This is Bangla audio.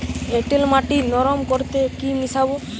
এঁটেল মাটি নরম করতে কি মিশাব?